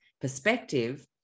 perspective